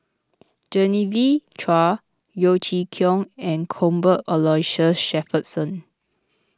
Genevieve Chua Yeo Chee Kiong and Cuthbert Aloysius Shepherdson